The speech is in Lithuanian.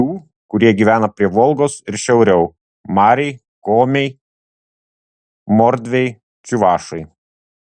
tų kurie gyvena prie volgos ir šiauriau mariai komiai mordviai čiuvašai